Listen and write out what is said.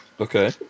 Okay